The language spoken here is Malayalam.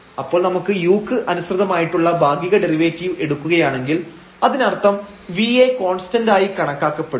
അപ്പോൾ നമ്മൾ u ക്ക് അനുസൃതമായിട്ടുള്ള ഭാഗിക ഡെറിവേറ്റീവ് എടുക്കുകയാണെങ്കിൽ അതിനർത്ഥം v യെ കോൺസ്റ്റൻഡായി കണക്കാക്കപ്പെടും